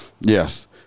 Yes